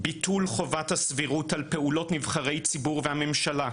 ביטול חובת הסבירות על פעולות נבחרי ציבור והממשלה,